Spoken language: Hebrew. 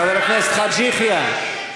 חבר הכנסת חאג' יחיא,